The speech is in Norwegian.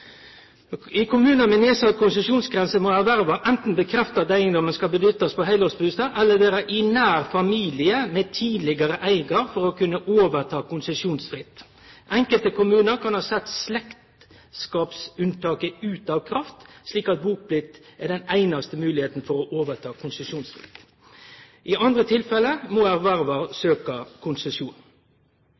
I kommunar med nedsett konsesjonsgrense må kjøparen anten bekrefte at eigedommen skal nyttast som heilårsbustad, eller vere i nær familie med den tidlegare eigaren for å kunne overta konsesjonsfritt. Enkelte kommunar kan ha sett slektskapsunntaket ut av kraft, slik at buplikt er den einaste moglegheita for å overta konsesjonsfritt. I andre tilfelle må kjøparen søkje konsesjon.